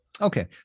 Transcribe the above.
okay